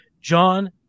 John